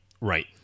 Right